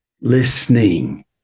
listening